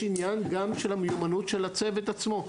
יש גם עניין של המיומנות של הצוות עצמו.